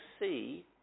see